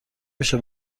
میشه